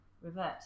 revert